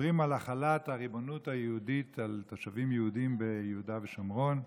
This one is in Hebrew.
מדברים על החלת הריבונות היהודית על תושבים יהודים ביהודה ושומרון,